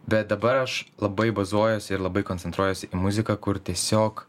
bet dabar aš labai bazuojuosi ir labai koncentruojuosi į muziką kur tiesiog